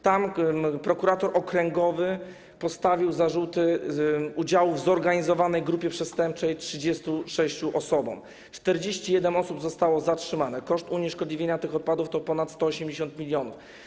Tam prokurator okręgowy postawił zarzuty udziału w zorganizowanej grupie przestępczej 36 osobom, 41 osób zostało zatrzymanych, koszt unieszkodliwienia tych odpadów to ponad 180 mln.